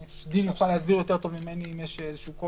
אני חושב שדין יוכל להסביר יותר טוב ממני אם יש קושי.